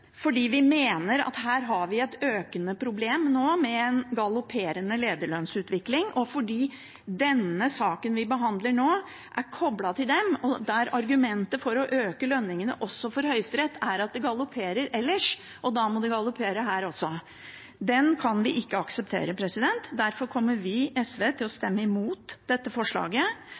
fordi vi mener at vi har et økende problem med en galopperende lederlønnsutvikling – og fordi den saken vi behandler nå, er koblet til det og argumentet for å øke lønningene også for Høyesterett er at de galopperer ellers og da må de galoppere her også, og det kan vi ikke akseptere – kommer vi, SV, til å stemme imot dette forslaget.